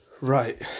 Right